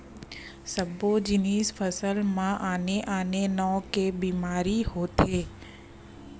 सब्बो जिनिस फसल म आने आने नाव के बेमारी होथे